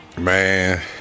Man